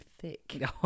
thick